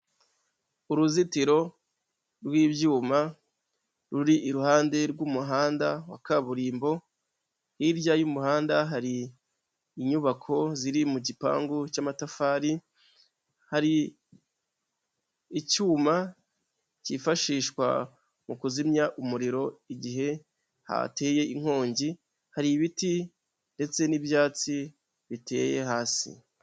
Uruzitiro rw'ibyuma ruri iruhande rw'umuhanda wa kaburimbo, hirya y'umuhanda hari inyubako ziri mu gipangu cy'amatafari, hari icyuma cyifashishwa mu kuzimya umuriro igihe hateye inkongi, hari ibiti ndetse n'ibyatsi biteye hasi.